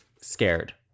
scared